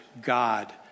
God